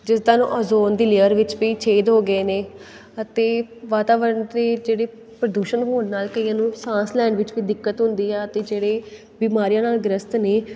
ਜਿਸ ਤਰ੍ਹਾਂ ਓਜੋਨ ਦੀ ਲੇਅਰ ਵਿੱਚ ਵੀ ਛੇਦ ਹੋ ਗਏ ਨੇ ਅਤੇ ਵਾਤਾਵਰਨ ਦੇ ਜਿਹੜੇ ਪ੍ਰਦੂਸ਼ਣ ਹੋਣ ਨਾਲ ਕਈਆਂ ਨੂੰ ਸਾਂਸ ਲੈਣ ਵਿੱਚ ਕੋਈ ਦਿੱਕਤ ਹੁੰਦੀ ਆ ਅਤੇ ਜਿਹੜੇ ਬਿਮਾਰੀਆਂ ਨਾਲ ਗ੍ਰਸਤ ਨੇ